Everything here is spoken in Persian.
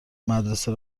مدرسه